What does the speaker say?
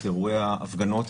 אירועי ההפגנות,